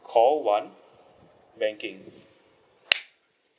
call one banking